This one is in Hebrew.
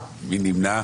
מי נמנע?